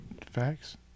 facts